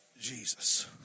Jesus